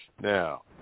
Now